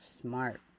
smart